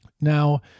Now